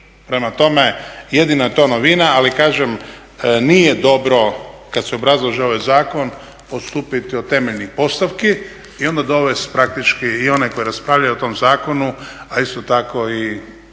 Prema tome jedina je to novina. Ali kažem nije dobro kad se obrazlaže ovaj zakon odstupiti od temeljnih postavki i onda dovesti praktički i one koji raspravljaju o tom zakonu a isto tako i